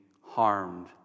harmed